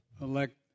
elect